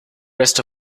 rest